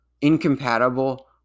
incompatible